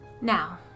Now